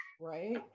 Right